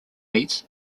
meets